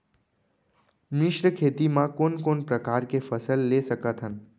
मिश्र खेती मा कोन कोन प्रकार के फसल ले सकत हन?